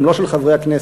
גם לא של חברי הכנסת,